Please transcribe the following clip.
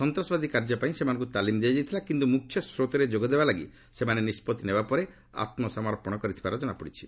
ସନ୍ତାସବାଦୀ କାର୍ଯ୍ୟ ପାଇଁ ସେମାନଙ୍କୁ ତାଲିମ୍ ଦିଆଯାଇଥିଲା କିନ୍ତୁ ମୁଖ୍ୟ ସ୍ରୋତରେ ଯୋଗ ଦେବା ଲାଗି ସେମାନେ ନିଷ୍କଭି ନେବା ପରେ ଆତ୍କସମର୍ପଣ କରିଥିବାର କଣାପଡ଼ିଛି